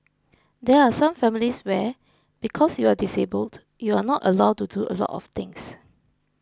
there are some families where because you are disabled you are not allowed to do a lot of things